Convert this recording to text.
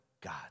God